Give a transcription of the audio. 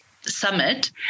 Summit